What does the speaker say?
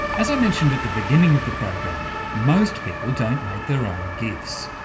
as i mentioned at the beginning of the program, most people don't make their own gifs,